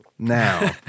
Now